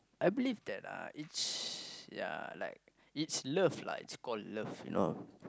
I believe that uh each ya like it's love lah it's called love you know